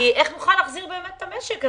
איך נוכל להחזיר את המשק.